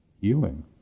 healing